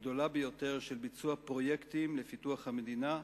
הגדולה ביותר של ביצוע פרויקטים לפיתוח המדינה,